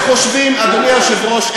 אדוני היושב-ראש,